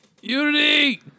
Unity